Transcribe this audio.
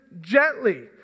gently